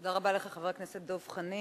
תודה רבה לך, חבר הכנסת דב חנין.